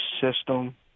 system